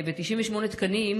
98 תקנים,